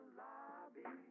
lobby